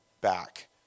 back